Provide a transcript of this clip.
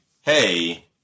hey